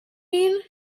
mean